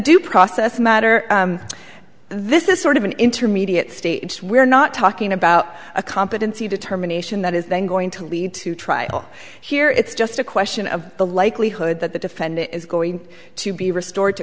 due process matter this is sort of an intermediate stage we're not talking about a competency determination that is then going to lead to trial here it's just a question of the likelihood that the defendant is going to be restored to